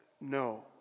no